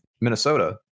Minnesota